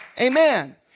Amen